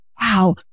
wow